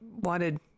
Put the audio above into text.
wanted